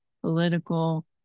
political